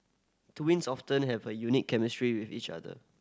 twins often have a unique chemistry with each other